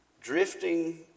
Drifting